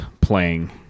playing